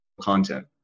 content